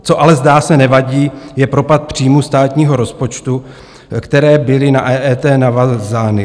Co ale zdá se nevadí, je propad příjmů státního rozpočtu, které byly na EET navázány.